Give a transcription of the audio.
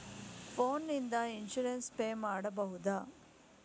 Phone ನಿಂದ insurance pay ಮಾಡಬಹುದ?